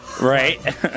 Right